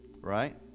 Right